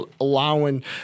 allowing